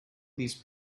these